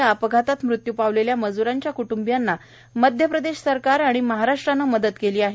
या अपघातात मृत्यू पावलेल्या मज्रांच्या क्ट्ंबियांना मध्य प्रदेश सरकार आणि महाराष्ट्र शासनाने मदत केली आहे